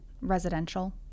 residential